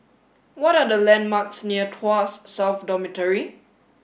what are the landmarks near Tuas South Dormitory